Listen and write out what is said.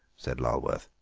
said lulworth.